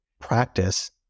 practice